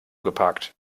geparkt